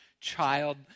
child